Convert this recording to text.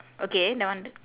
okay that one the